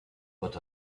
but